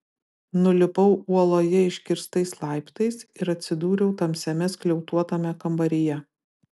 nulipau uoloje iškirstais laiptais ir atsidūriau tamsiame skliautuotame kambaryje